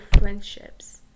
friendships